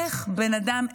איך בן אדם,